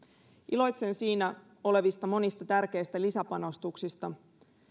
iloitsen siinä olevista monista tärkeistä lisäpanostuksista